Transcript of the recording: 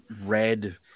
red